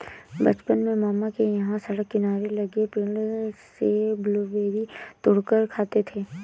बचपन में मामा के यहां सड़क किनारे लगे पेड़ से ब्लूबेरी तोड़ कर खाते थे